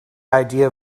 idea